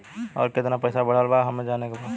और कितना पैसा बढ़ल बा हमे जाने के बा?